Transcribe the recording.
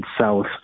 south